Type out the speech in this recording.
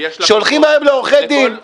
שהולכים היום לעורכי דין,